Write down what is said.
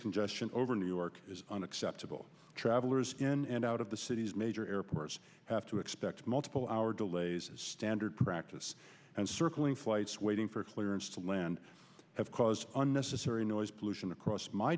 congestion over new york is unacceptable travelers in and out of the cities major airports have to expect multiple hour delays as standard practice and circling flights waiting for clearance to land have caused unnecessary noise pollution across my